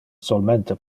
solmente